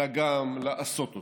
אלא גם לעשות אותו.